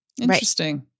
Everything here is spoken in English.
Interesting